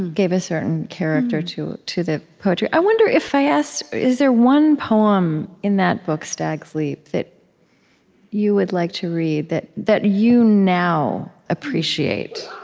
gave a certain character to to the poetry. i wonder if i asked, is there one poem in that book, stag's leap, that you would like to read, that that you now appreciate